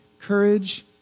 courage